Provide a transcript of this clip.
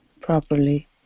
properly